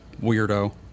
weirdo